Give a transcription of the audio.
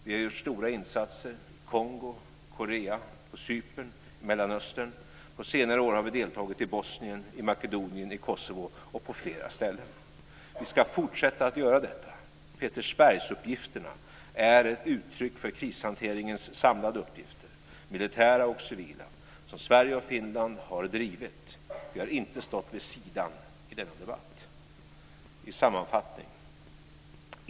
Vi har gjort stora insatser i Kongo, i Korea, på Cypern och i Mellanöstern. Under senare år har vi deltagit i Bosnien, i Makedonien, i Kosovo och på flera ställen. Vi ska fortsätta att göra detta. Petersbergsuppgifterna är ett uttryck för krishanteringens samlade uppgifter - militära och civila - som Sverige och Finland har drivit. Vi har inte stått vid sidan i denna debatt.